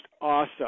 awesome